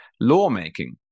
lawmaking